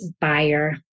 buyer